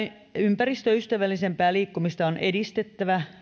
ympäristöystävällisempää liikkumista on edistettävä